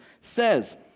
says